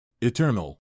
Eternal